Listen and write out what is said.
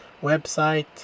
website